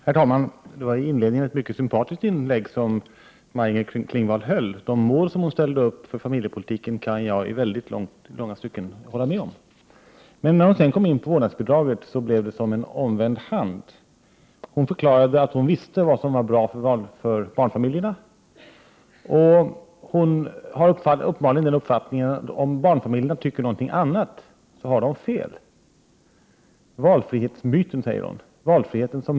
Herr talman! Det var i inledningen ett mycket sympatiskt inlägg som Maj-Inger Klingvall gjorde. De mål hon ställde upp för familjepolitiken kan jagilånga stycken hålla med om. När hon sedan kom in på vårdnadsbidraget blev det som en omvänd hand. Maj-Inger Klingvall förklarade att hon visste vad som var bra för barnfamiljerna, och hon har uppenbarligen uppfattningen att om barnfamiljerna tycker något annat har de fel. ”Valfrihetsmyten”, säger Maj-Inger Klingvall.